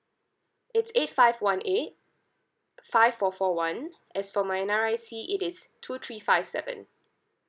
it's eight five one eight five four four one as for my N_R_I_C it is two three five seven